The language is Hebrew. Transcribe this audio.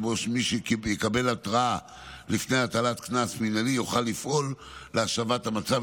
שבו מי שיקבל התראה לפני הטלת קנס מינהלי יוכל לפעול להשבת המצב